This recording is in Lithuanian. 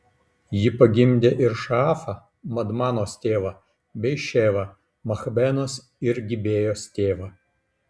ji pagimdė ir šaafą madmanos tėvą bei ševą machbenos ir gibėjos tėvą